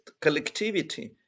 collectivity